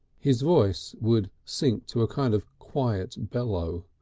his voice would sink to a kind of quiet bellow.